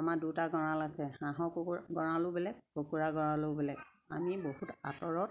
আমাৰ দুটা গঁড়াল আছে হাঁহৰ কুকুৰা গঁড়ালো বেলেগ কুকুৰা গঁড়ালো বেলেগ আমি বহুত আঁতৰত